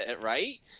Right